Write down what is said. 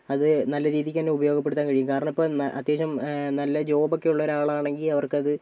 അത് നല്ല രീതിക്ക് തന്നെ ഉപയോഗപ്പെടുത്താൻ കഴിയും കാരണം ഇപ്പോൾ അത്യാവശ്യം നല്ല ജോബൊക്കെയുള്ള ഒരാളാണെങ്കിൽ അവർക്ക് അത്